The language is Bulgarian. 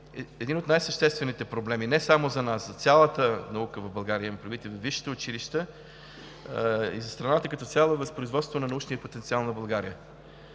един от най-съществените проблеми не само за нас, за цялата наука в България – имам предвид и във висшите училища, и за страната като цяло, е възпроизводството на научния потенциал на България.